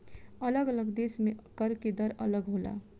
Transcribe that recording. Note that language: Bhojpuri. अलग अलग देश में कर के दर अलग होला